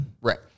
Right